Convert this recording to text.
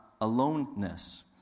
aloneness